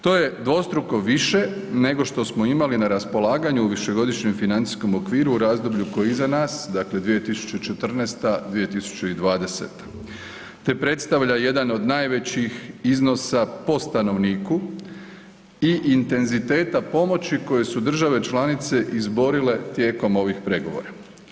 To je dvostruko više nego što smo imali na raspolaganju u višegodišnjem financijskom okviru u razdoblju koje je iza nas dakle 2014.-2020. te predstavlja jedan od najvećih iznosa po stanovniku i intenziteta pomoći koje su države članice zborile tijekom ovih pregovora.